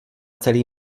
celý